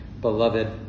beloved